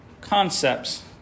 concepts